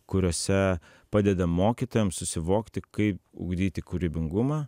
kuriose padedam mokytojams susivokti kai ugdyti kūrybingumą